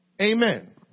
Amen